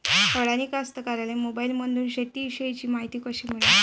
अडानी कास्तकाराइले मोबाईलमंदून शेती इषयीची मायती कशी मिळन?